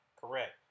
Correct